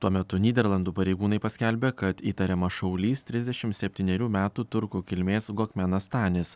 tuo metu nyderlandų pareigūnai paskelbė kad įtariamas šaulys trisdešim septynerių metų turkų kilmės gokmenas tanis